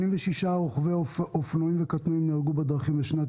86 רוכבי אופנועים וקטנועים נהרגו בדרכים בשנת